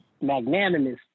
magnanimous